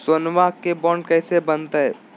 सोनमा के बॉन्ड कैसे बनते?